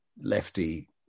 lefty